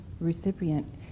recipient